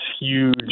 huge